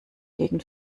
gegen